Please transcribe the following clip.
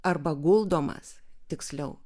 arba guldomas tiksliau